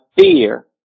fear